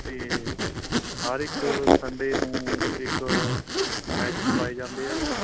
ਅਤੇ ਹਰ ਇੱਕ ਸੰਡੇ ਨੂੰ ਇੱਕ ਮੈਚ ਕਰਵਾਏ ਜਾਂਦੇ ਆ ਜੀ